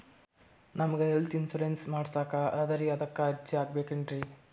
ನಮಗ health insurance ಮಾಡಸ್ಲಾಕ ಅದರಿ ಅದಕ್ಕ ಅರ್ಜಿ ಹಾಕಬಕೇನ್ರಿ?